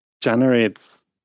generates